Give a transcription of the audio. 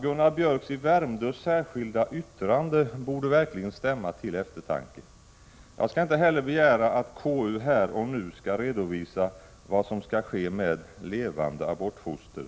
Gunnar Biörcks i Värmdö särskilda yttrande borde verkligen stämma till eftertanke. Jag skall inte heller begära att KU här och nu skall redovisa vad som skall ske med ett levande abortfoster.